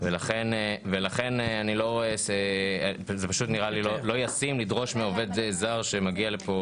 לכן פשוט נראה לי לא ישים לדרוש מעובד זר שמגיע לפה